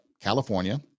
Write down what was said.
California